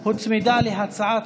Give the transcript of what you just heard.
יש הצמדה עם,